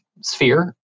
sphere